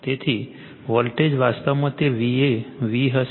તેથી વોલ્ટેજ વાસ્તવમાં તે Va V હશે